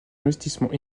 investissement